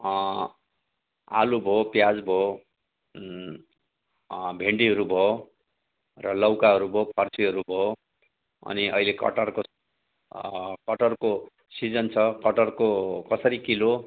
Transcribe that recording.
आलु भयो प्याज भयो भेन्डीहरू भयो र लौकाहरू भयो फर्सीहरू भयो अनि अहिले कटहरको कटहरको सिजन छ कटहरको कसरी किलो